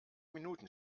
minuten